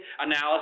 analysis